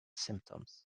symptoms